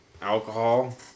Alcohol